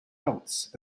celts